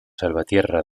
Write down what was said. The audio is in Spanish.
salvatierra